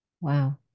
Wow